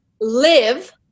live